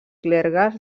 clergues